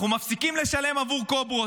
אנחנו מפסיקים לשלם עבור קוברות.